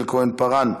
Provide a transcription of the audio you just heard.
חברת הכנסת יעל כהן-פארן,